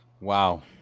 Wow